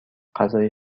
غذای